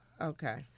Okay